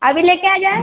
अभी ले कर आ जाएँ